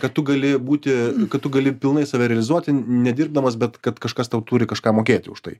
kad tu gali būti kad tu gali pilnai save realizuoti nedirbdamas bet kad kažkas tau turi kažką mokėti už tai